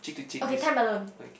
okay time alone